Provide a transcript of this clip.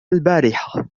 البارحة